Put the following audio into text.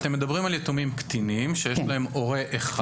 אתם מדברים על יתומים קטינים שיש להם הורה אחד.